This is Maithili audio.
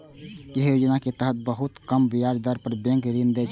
एहि योजना के तहत बहुत कम ब्याज दर पर बैंक ऋण दै छै